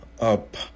up